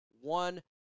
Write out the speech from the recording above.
one